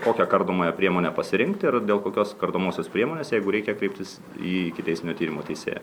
kokią kardomąją priemonę pasirinkti ir dėl kokios kardomosios priemonės jeigu reikia kreiptis į ikiteisminio tyrimo teisėją